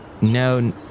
No